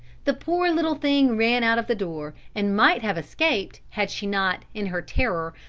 the poor little thing ran out of the door, and might have escaped had she not, in her terror,